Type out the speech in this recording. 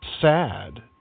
sad